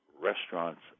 restaurants